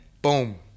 Boom